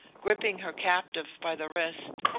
gripping her captive by the wrist,